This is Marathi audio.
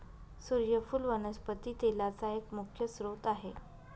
सुर्यफुल वनस्पती तेलाचा एक मुख्य स्त्रोत आहे